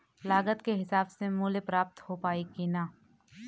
लागत के हिसाब से मूल्य प्राप्त हो पायी की ना?